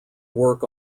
work